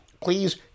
Please